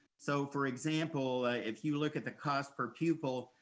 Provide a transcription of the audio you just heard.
so for example, if you look at the cost per pupil,